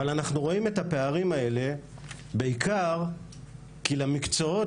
אנחנו רואים את הפערים האלה בעיקר כי למקצועות